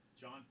John